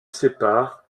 sépare